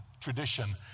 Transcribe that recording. tradition